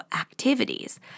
activities